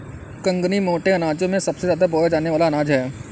कंगनी मोटे अनाजों में सबसे ज्यादा बोया जाने वाला अनाज है